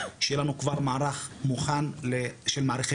שיהיה לנו כבר מערך מוכן של מעריכי